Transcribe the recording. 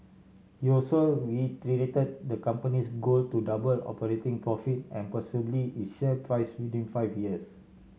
he also reiterated the company's goal to double operating profit and possibly its share price within five years